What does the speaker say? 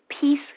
peace